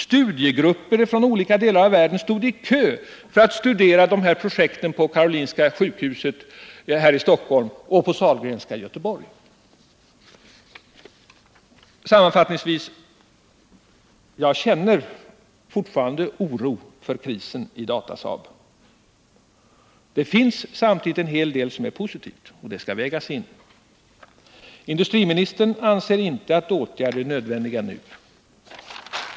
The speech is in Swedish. Studiegrupper från olika delar av världen stod i kö för att studera dessa projekt på Karolinska sjukhuset här i Stockholm och på Sahlgrenska i Göteborg. Sammanfattningsvis: Jag känner fortfarande oro för krisen i Datasaab. Det finns samtidigt en hel del som är positivt, och det skall vägas in: Industriministern anser inte att åtgärder är nödvändiga nu.